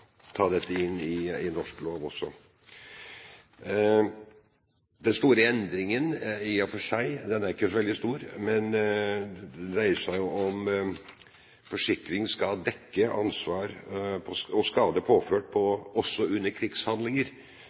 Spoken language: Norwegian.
ta dette inn i norsk lov også. Den store endringen – den er i og for seg ikke så veldig stor – dreier seg om at forsikring skal dekke ansvar og skade påført også under krigshandlinger,